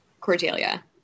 Cordelia